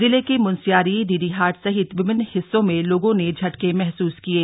जिले के मुनस्यारी डीडीहाट सहित विभिन्न हिस्सों में लोगों ने झटके महसूस किये